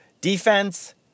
Defense